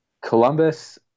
Columbus